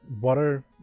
water